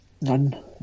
none